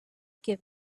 give